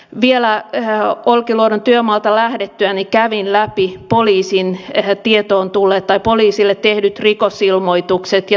vielä olkiluodon työmaalta lähdettyäni kävin läpi poliisin tietoon tulleet tai poliisille tehdyt rikosilmoitukset ja tutkintapyynnöt